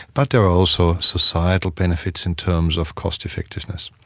but there are also societal benefits in terms of cost effectiveness.